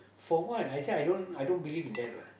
for what I say I don't I don't believe in that what